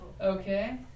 Okay